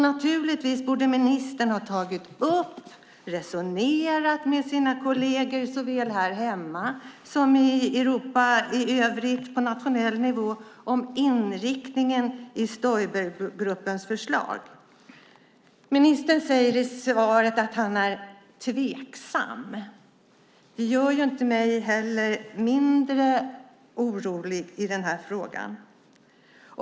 Naturligtvis borde ministern ha tagit upp och resonerat med sina kolleger såväl här hemma som i Europa i övrigt om inriktningen i Stoibergruppens förslag. Ministern säger i svaret att han är tveksam. Det gör mig inte mindre orolig i frågan.